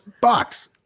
box